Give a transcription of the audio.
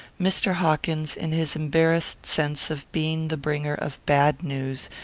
mr. hawkins, in his embarrassed sense of being the bringer of bad news,